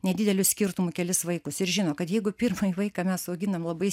nedideliu skirtumu kelis vaikus ir žino kad jeigu pirmąjį vaiką mes auginam labai